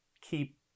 keep